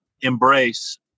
embrace